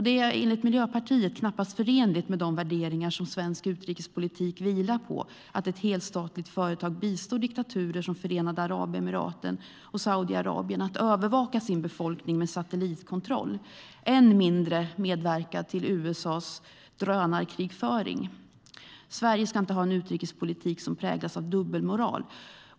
Det är enligt Miljöpartiet knappast förenligt med de värderingar som svensk utrikespolitik vilar på att ett helstatligt företag bistår diktaturer som Förenade Arabemiraten och Saudiarabien i att övervaka befolkningen med satellitkontroll, och än mindre att medverka till USA:s drönarkrigföring. Sverige ska inte ha en utrikespolitik som präglas av dubbelmoral.